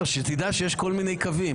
שיש כל מיני קווים.